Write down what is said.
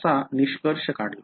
असा निष्कर्ष काढला